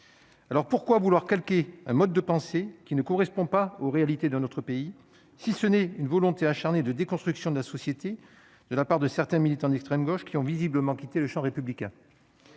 Alors pourquoi vouloir calquer un mode de pensée qui ne correspond pas aux réalités de notre pays, si ce n'est une volonté acharnée de déconstruction de la société de la part de certains militants d'extrême gauche qui ont visiblement quitté le Champ républicain.